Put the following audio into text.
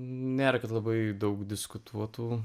nėra kad labai daug diskutuotų